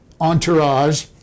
entourage